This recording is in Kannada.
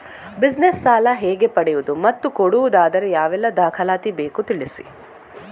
ಬಿಸಿನೆಸ್ ಸಾಲ ಹೇಗೆ ಪಡೆಯುವುದು ಮತ್ತು ಕೊಡುವುದಾದರೆ ಯಾವೆಲ್ಲ ದಾಖಲಾತಿ ಬೇಕು ತಿಳಿಸಿ?